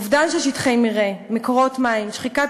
אובדן של שטחי מרעה ומקורות מים ושחיקת